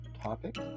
topic